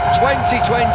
2020